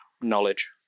knowledge